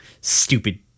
stupid